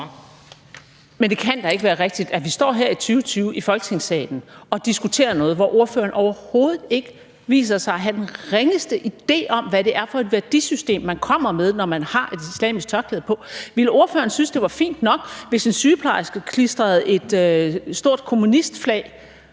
Men det kan da ikke være rigtigt, at vi står her i 2020 i Folketingssalen og diskuterer noget, hvor det viser sig, at ordføreren overhovedet ikke har den ringeste idé om, hvad det er for et værdisystem, man kommer med, når man har et islamisk tørklæde på. Ville ordføreren synes, det var fint nok, hvis en sygeplejerske klistrede et stort kommunistflag